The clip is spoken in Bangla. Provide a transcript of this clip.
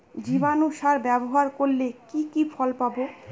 জীবাণু সার ব্যাবহার করলে কি কি ফল পাবো?